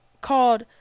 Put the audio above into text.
called